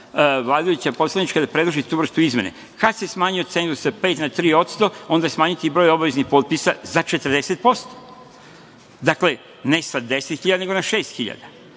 vladajuća poslanička grupa da predloži tu vrstu izmene. Kad se smanjio cenzus sa 5% na 3%, onda smanjiti broj obaveznih potpisa za 40%. Dakle, ne sa 10.000, nego na 6.000.